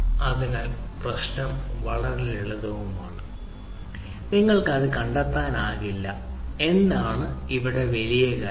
അതിനാൽ പ്രശ്നം വളരെ ലളിതവുമാണ് നിങ്ങൾക്ക് അത് കണ്ടെത്താനാകില്ല എന്താണ് ഇവിടെ വലിയ കാര്യം